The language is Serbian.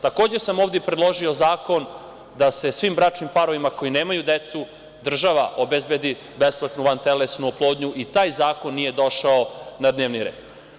Takođe sam ovde predložio i zakon da svim bračnim parovima koji nemaju decu država obezbedi besplatnu vantelesnu oplodnju i taj zakon nije došao na dnevni red.